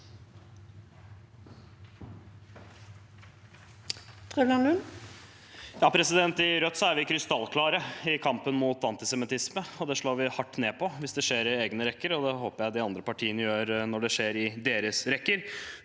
I Rødt er vi krystallklare i kampen mot antisemittisme. Det slår vi hardt ned på hvis det skjer i egne rekker, og det håper jeg de andre partiene gjør når det skjer i deres rekker,